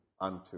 unto